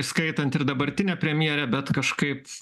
įskaitant ir dabartinę premjerę bet kažkaip